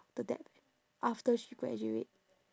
the debt after she graduate